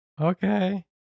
Okay